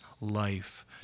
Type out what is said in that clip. life